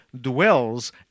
dwells